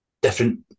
different